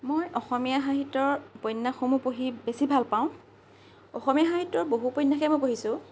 মই অসমীয়া সাহিত্যৰ উপন্যাসসমূহ পঢ়ি বেছি ভাল পাওঁ অসমীয়া সাহিত্যৰ বহু উপন্যাসেই মই পঢ়িছোঁ